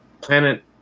planet